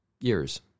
years